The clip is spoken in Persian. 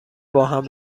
باهم